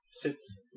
sits